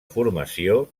formació